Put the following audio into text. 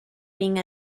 being